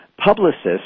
Publicists